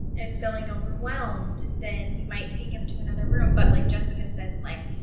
is feeling overwhelmed, then we might take him to another room, but like jessica said, like,